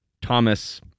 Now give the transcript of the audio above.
Thomas